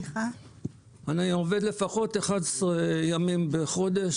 אני עובד לפחות 11 ימים בחודש